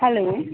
hello